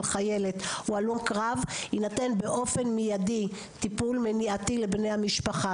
או חיילת הוא הלום קרב - יינתן באופן מיידי טיפול מניעתי לבני המשפחה.